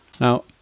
Now